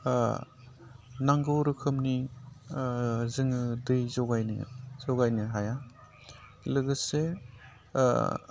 नांगौ रोगोमनि जोङो दै जगायनो हाया लोगोसे